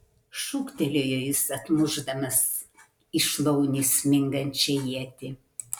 šūktelėjo jis atmušdamas į šlaunį smingančią ietį